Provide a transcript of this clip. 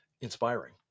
inspiring